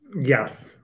Yes